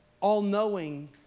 all-knowing